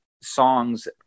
songs